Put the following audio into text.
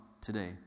today